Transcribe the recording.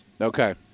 Okay